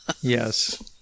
Yes